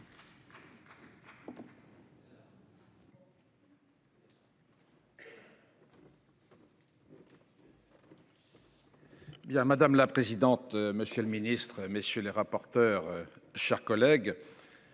madame la présidente. Monsieur le ministre, messieurs les rapporteurs, chers collègues.